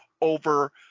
over